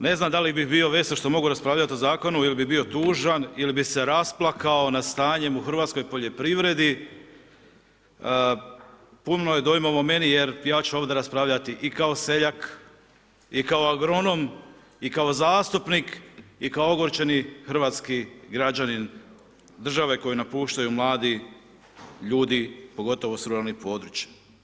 Ne znam da li bih bio vesel što mogu raspravljati o zakonu ili bi bio tužan ili bi se rasplakao nad stanjem u hrvatskoj poljoprivredi, puno je dojmova u meni jer ja ću ovdje raspravljati i kao seljak i kao agronom i kao zastupnik i kao ogorčeni hrvatski građanin države koju napuštaju mladi ljudi pogotovo s ruralnih područja.